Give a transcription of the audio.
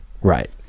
Right